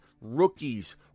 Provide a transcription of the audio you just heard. rookies